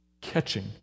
Catching